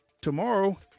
Tomorrow